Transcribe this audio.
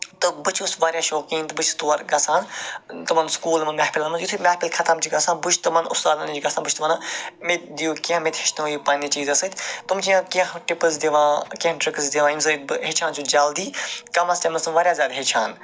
تہٕ بہٕ چھُس واریاہ شوقیٖن تہٕ بہٕ چھُ ستور گژھان تمَن سٔکوٗل محفِلَن منٛز یِتھُے محفِل خَتٔم چھِ گژھان بہٕ چھُس تمَن اُستادَن نِژ گژھان بہٕ چھُس تمَن وَنان مےٚ تہٕ دِیو کیٚنہہ مےٚ تہِ ہٮ۪چھنایو پَنٕنہِ چیٖزَس سۭتۍ تِم چھِ مےٚ کیٚنہہ ٹِپٔس دِوان کیٚنہہ ٹریکِس دِوان ییٚمہِ سۭتۍ بہٕ ہٮ۪چھان چھُس جلدی کَمَس ٹایمَس چھُس واریاہ زیادٕ جلدی ہٮ۪چھان